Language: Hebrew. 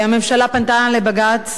הממשלה פנתה לבג"ץ,